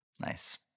Nice